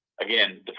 Again